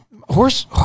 horse